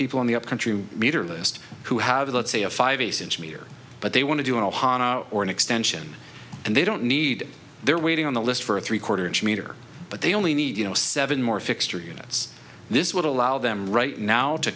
people in the upcountry meter list who have let's say a five a centimeter but they want to do a hot or an extension and they don't need they're waiting on the list for a three quarter inch meter but they only need you know seven more fixture units this would allow them right now to